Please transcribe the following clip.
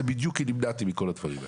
היא בדיוק כי נמנעתי מכל הדברים האלה.